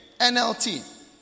NLT